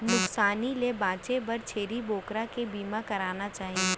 नुकसानी ले बांचे बर छेरी बोकरा के बीमा कराना चाही